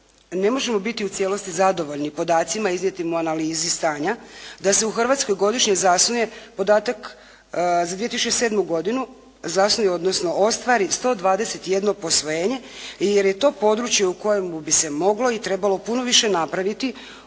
ne možemo biti u cijelosti zadovoljni podacima iznijetim u analizi stanja da se u Hrvatskoj godišnje zasnuje podatak za 2007. godinu, zasnuje odnosno ostvari 121 posvojenje, jer je to područje u kojemu bi se moglo i trebalo puno više napraviti